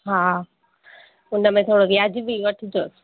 हा हुन में थोरो व्याजबी वठिजोसि